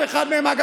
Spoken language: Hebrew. אף אחד מהם לא,